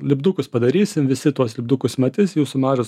lipdukus padarysim visi tuos lipdukus matis jūsų mažas